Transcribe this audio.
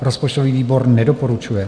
Rozpočtový výbor nedoporučuje.